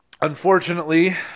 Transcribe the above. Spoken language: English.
unfortunately